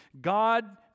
God